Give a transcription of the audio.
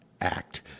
Act